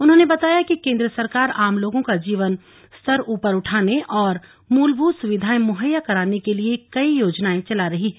उन्होंने बताया कि केन्द्र सरकार आम लोगों का जीवन स्तर उपर उठाने और मूलभूत सुविधाएं मुहैया कराने के लिए कई योजनाएं चला रही है